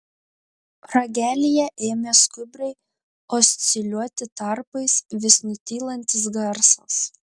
ragelyje ėmė skubriai osciliuoti tarpais vis nutylantis garsas